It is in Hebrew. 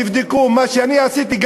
אם תבדקו מה שאני עשיתי,